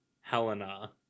Helena